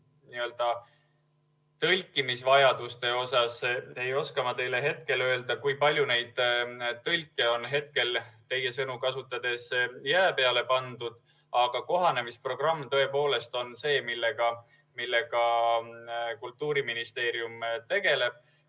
tõlkimisvajadust, siis ma ei oska teile hetkel öelda, kui palju neid tõlke on hetkel, teie sõnu kasutades, jää peale pandud, aga kohanemisprogramm on tõepoolest see, millega Kultuuriministeerium tegeleb.